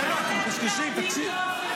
חבר'ה, אתם מקשקשים, תקשיבו.